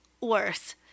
worse